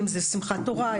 אם זה שמחת תורה,